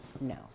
no